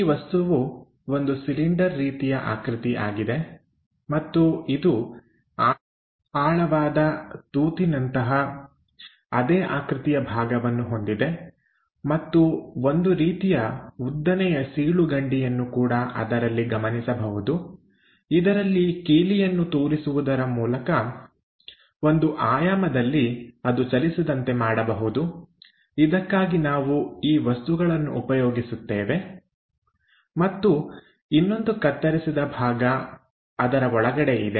ಈ ವಸ್ತುವು ಒಂದು ಸಿಲಿಂಡರ್ ರೀತಿಯ ಆಕೃತಿ ಆಗಿದೆ ಮತ್ತು ಇದು ಆಳವಾದ ರಂಧ್ರದಂತಹ ಅದೇ ಆಕೃತಿಯ ಭಾಗವನ್ನು ಹೊಂದಿದೆ ಮತ್ತು ಒಂದು ರೀತಿಯ ಉದ್ದನೆಯ ಸೀಳುಕಂಡಿಯನ್ನು ಕೂಡ ಅದರಲ್ಲಿ ಗಮನಿಸಬಹುದು ಇದರಲ್ಲಿ ಕೀಲಿಯನ್ನು ತೋರಿಸುವುದರ ಮೂಲಕ ಒಂದು ಆಯಾಮದಲ್ಲಿ ಅದು ಚಲಿಸದಂತೆ ಮಾಡಬಹುದು ಇದಕ್ಕಾಗಿ ನಾವು ಈ ವಸ್ತುಗಳನ್ನು ಉಪಯೋಗಿಸುತ್ತೇವೆ ಮತ್ತು ಇನ್ನೊಂದು ಕತ್ತರಿಸಿದ ಭಾಗ ಅದರ ಒಳಗಡೆ ಇದೆ